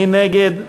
מי נגד?